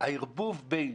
הערבוב בין